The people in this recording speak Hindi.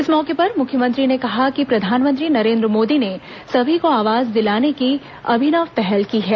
इस मौके पर मुख्यमंत्री ने कहा कि प्रधानमंत्री नरेन्द्र मोदी ने सभी को आवास दिलाने की अभिनव पहल की है